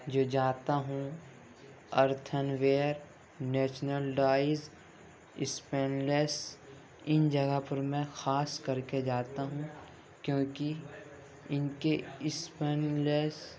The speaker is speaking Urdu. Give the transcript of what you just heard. جو جاتا ہوں earthenware national dyes stainless ان جگہ پر میں خاص کر کے جاتا ہوں کیونکہ ان کے اسپین لیس